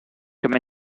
comme